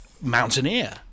mountaineer